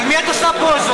על מי את עושה פוזות?